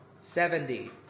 seventy